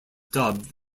dubbed